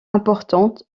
importantes